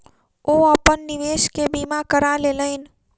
ओ अपन मवेशी के बीमा करा लेलैन